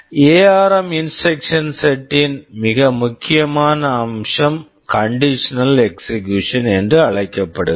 ARM ARM instruction set instruction set ன் மிக முக்கியமான அம்சம் கண்டிஷனல் எக்ஸிகுயூஷன் conditional execution என்று அழைக்கப்படுகிறது